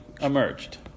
emerged